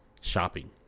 shopping